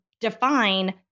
define